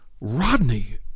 Rodney